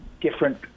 different